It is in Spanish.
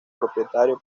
propietario